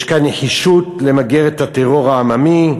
יש כאן נחישות למגר את הטרור העממי.